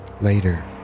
Later